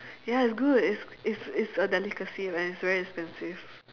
ya it's good it's it's it's a delicacy and it's very expensive